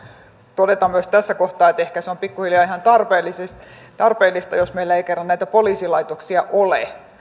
todeta myös tässä kohtaa että ehkä se on pikkuhiljaa ihan tarpeellista jos meillä ei kerran näitä poliisilaitoksia ole